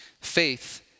Faith